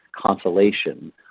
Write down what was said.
Consolation